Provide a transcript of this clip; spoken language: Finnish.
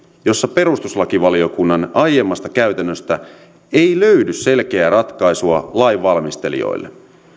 jossa perustuslakivaliokunnan aiemmasta käytännöstä ei löydy selkeää ratkaisua lainvalmistelijoille